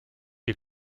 die